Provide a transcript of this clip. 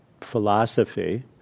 philosophy